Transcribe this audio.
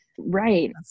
Right